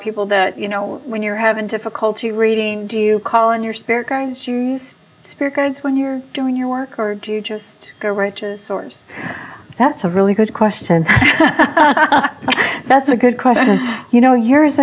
people that you know when you're having difficulty reading do you call in your spirit guides choose spirit guides when you're doing your work or do you just go which is source that's a really good question that's a good question you know years